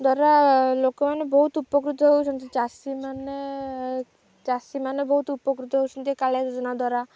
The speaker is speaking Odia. ଦ୍ୱାରା ଲୋକମାନେ ବହୁତ ଉପକୃତ ହେଉଛନ୍ତି ଚାଷୀମାନେ ଚାଷୀମାନେ ବହୁତ ଉପକୃତ ହେଉଛନ୍ତି କାଳିଆ ଯୋଜନା ଦ୍ୱାରା